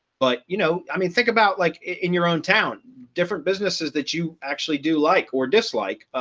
but you know, i mean, think about like, in your own town, different businesses that you actually do like or dislike,